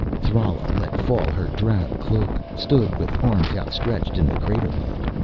thrala let fall her drab cloak, stood with arms outstretched in the crater land.